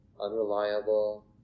unreliable